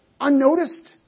Unnoticed